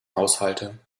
haushalte